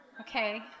okay